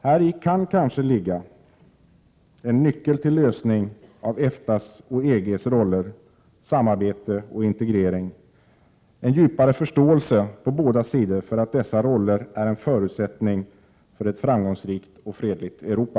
Häri kan kanske ligga en nyckel till lösning av EFTA:s och EG:s roller, till samarbete och integrering i en djupare förståelse på båda sidor för att dessa roller är en förutsättning för ett framgångsrikt och fredligt Europa.